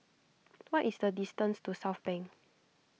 what is the distance to Southbank